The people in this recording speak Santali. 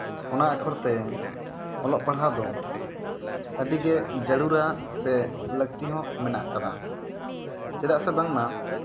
ᱚᱱᱟ ᱟᱠᱷᱚᱨ ᱛᱮ ᱚᱞᱚᱜ ᱯᱟᱲᱦᱟᱣ ᱫᱚ ᱟᱹᱰᱤᱜᱮ ᱡᱟᱹᱨᱩᱲᱟ ᱥᱮ ᱞᱟᱹᱠᱛᱤ ᱦᱚᱸ ᱢᱮᱱᱟᱜ ᱠᱟᱫᱟ ᱪᱮᱫᱟᱜ ᱥᱮ ᱵᱟᱝᱢᱟ